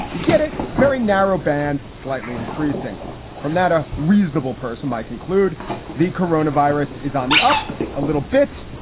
you get it very narrow band, slightly increasing from that. a reasonable person might conclude the corona virus is on the up a little bit.